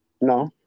no